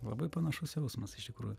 labai panašus jausmas iš tikrųjų